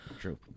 True